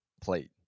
plate